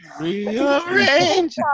Rearrange